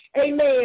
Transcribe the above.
amen